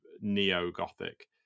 neo-Gothic